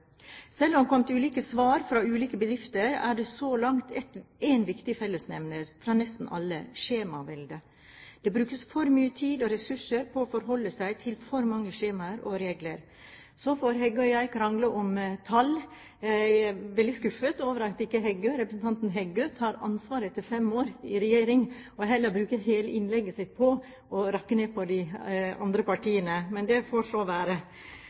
Selv om det har kommet ulike svar fra ulike bedrifter, er det så langt én viktig fellesnevner fra nesten alle: skjemaveldet. Det brukes for mye tid og ressurser på å forholde seg til for mange skjemaer og regler. Så får Heggø og jeg krangle om tall. Jeg er veldig skuffet over at ikke representanten Heggø tar ansvar etter fem år i regjering, og heller bruker hele innlegget sitt på å rakke ned på de andre partiene. Men det får så være.